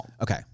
Okay